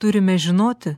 turime žinoti